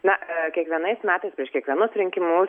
na kiekvienais metais prieš kiekvienus rinkimus